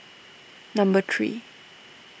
number three